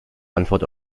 antwort